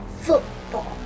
Football